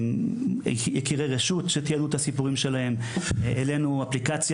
ויקירי רשות שתיעדנו את הסיפורים שלהם; העלנו אפליקציה